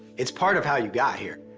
it's part of how you got here.